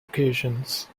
occasions